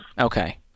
okay